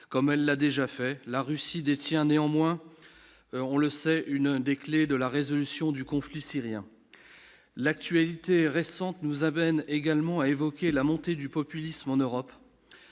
comme elle l'a déjà fait la Russie détient néanmoins, on le sait, une des clés de la résolution du conflit syrien l'actualité récente nous également évoquer la montée du populisme en Europe,